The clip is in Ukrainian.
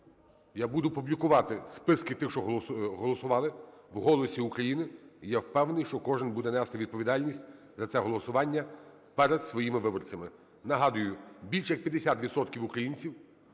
Я буду публікувати списки тих, що голосували, в "Голосі України", і я впевнений, що кожний буде нести відповідальність за це голосування перед своїми виборцями. Нагадую, більш як 50 відсотків